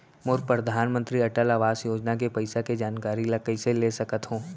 मोर परधानमंतरी अटल आवास योजना के पइसा के जानकारी ल कइसे ले सकत हो?